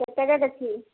କେତେରେ ଦେଖିବି